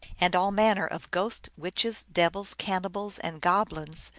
and all manner of ghosts, witches, devils, canni bals, and goblins,